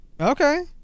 Okay